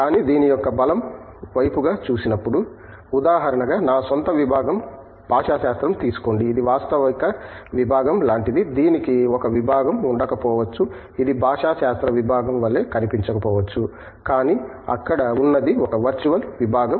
కానీ దీని యొక్క బలం వైపుగా చూసినప్పుడు ఉదాహరణగా నా స్వంత విబాగం భాషాశాస్త్రం తీసుకోండి ఇది వాస్తవిక విబాగం లాంటిది దీనికి ఒక విభాగం ఉండకపోవచ్చు ఇది భాషాశాస్త్ర విభాగం వలె కనిపించకపోవచ్చు కానీ అక్కడ ఉన్నది ఒక వర్చువల్ విభాగం